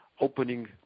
opening